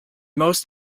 most